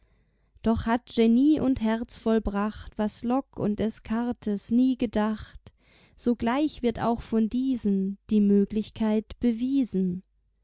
doch hat genie und herz vollbracht was lock und des cartes nie gedacht sogleich wird auch von diesen die möglichkeit bewiesen